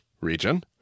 region